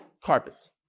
Carpets